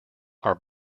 are